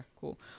cool